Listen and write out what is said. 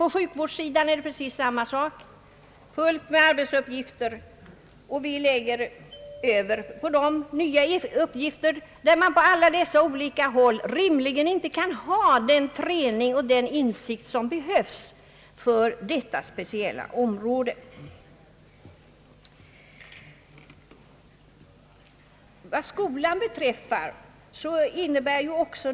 På sjukvårdssidan är det precis samma sak: fullt med arbetsuppgifter, men vi tillskapar också på det området nya uppgifter fastän man där rimligtvis inte kan ha den träning och insikt som behövs på detta speciella område.